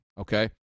Okay